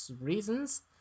reasons